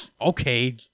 okay